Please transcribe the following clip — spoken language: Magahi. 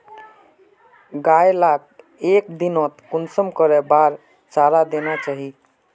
गाय लाक एक दिनोत कुंसम करे बार चारा देना चही?